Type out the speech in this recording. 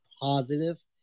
positive